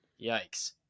yikes